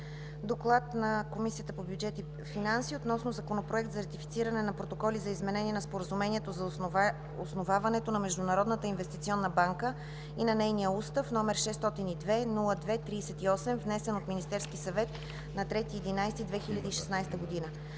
„ДОКЛАД на Комисията по бюджет и финанси относно Законопроект за ратифициране на Протоколи за изменение на Споразумението за основаването на Международната инвестиционна банка и на нейния устав, № 602-02-38, внесен от Министерския съвет на 3 ноември